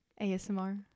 asmr